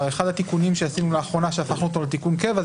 אחד התיקונים שעשינו לאחרונה והפכנו אותו לתיקון קבע,